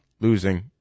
losing